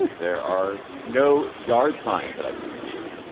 there are no yard signs that i can see.